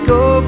go